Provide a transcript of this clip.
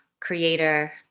Creator